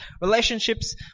relationships